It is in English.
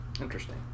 Interesting